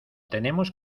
tenemos